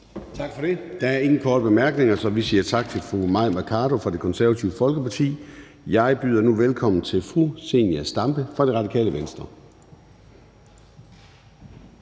Tak for det. Der er ingen korte bemærkninger, så vi siger tak til fru Mai Mercado fra Det Konservative Folkeparti. Jeg byder nu velkommen til fru Zenia Stampe fra Radikale Venstre.